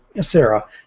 Sarah